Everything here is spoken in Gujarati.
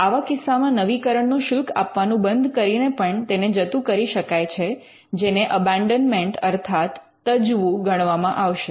આવા કિસ્સામાં નવીકરણનો શુલ્ક આપવાનું બંધ કરીને પણ તેને જતું કરી શકાય છે જેને અબૅન્ડન્મન્ટ અર્થાત તજવું ગણવામાં આવશે